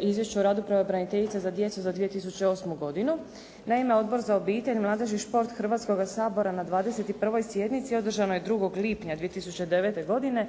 Izvješću o radu pravobraniteljice za djecu za 2008. godinu. Naime, Odbor za obitelj, mladež i šport Hrvatskoga sabora na 21. sjednici održanoj 2. lipnja 2009. godine